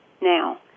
now